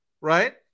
right